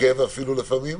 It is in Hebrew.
נוקב אפילו לפעמים,